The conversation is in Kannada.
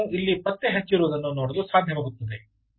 ಈಗ ನಾವು ಇಲ್ಲಿ ಪತ್ತೆ ಹಚ್ಚಿರುವುದನ್ನು ನೋಡಲು ಸಾಧ್ಯವಾಗುತ್ತದೆ